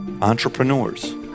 Entrepreneurs